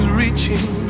reaching